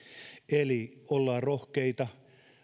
eli ollaan rohkeita